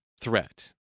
threat